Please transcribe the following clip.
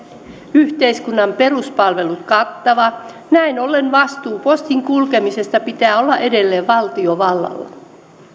yhteiskunnan peruspalvelut kattava näin ollen vastuun postin kulkemisesta pitää olla edelleen valtiovallalla